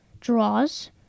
draws